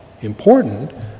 important